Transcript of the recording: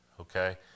okay